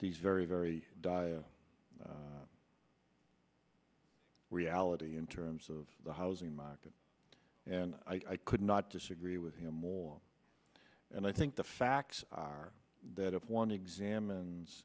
these very very dire reality in terms of the housing market and i could not disagree with him more and i think the facts are that if one